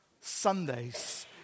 Sundays